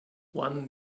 one